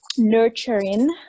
nurturing